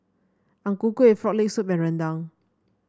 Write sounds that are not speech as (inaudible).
Ang Ku Kueh Frog Leg Soup (unintelligible) rendang